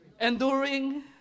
enduring